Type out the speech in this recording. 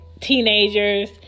teenagers